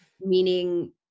meaning